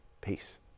Peace